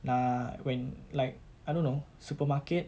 nah when like I don't know supermarket